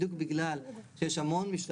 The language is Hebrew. שר הבריאות רשאי לקבוע הוראות בדבר חובת